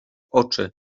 oczy